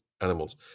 animals